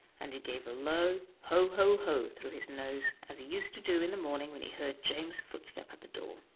and he gave a low ho, ho, ho! through his nose, as he used to do in the morning when he heard james' footstep at the door.